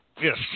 Yes